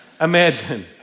imagine